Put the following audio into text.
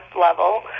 level